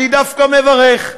אני דווקא מברך,